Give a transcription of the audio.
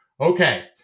Okay